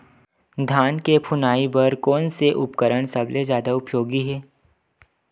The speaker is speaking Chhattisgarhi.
धान के फुनाई बर कोन से उपकरण सबले जादा उपयोगी हे?